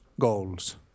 goals